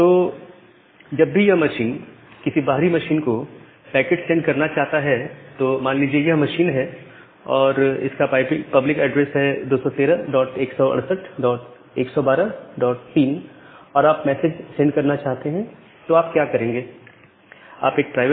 तो जब भी यह मशीन किसी बाहरी मशीन को पैकेट सेंड करना चाहता है तो मान लीजिए यह मशीन है और इसका पब्लिक एड्रेस है 2131681123 और आप मैसेज सेंड करना चाहते हैं तो आप क्या करेंगे